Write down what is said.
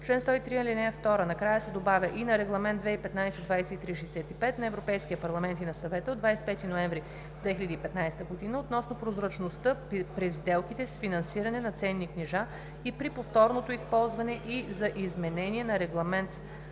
ал. 2 накрая се добавя „и на Регламент (ЕС) 2015/2365 на Европейския парламент и на Съвета от 25 ноември 2015 г. относно прозрачността при сделките с финансиране на ценни книжа и при повторното използване, и за изменение на Регламент